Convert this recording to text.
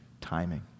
timing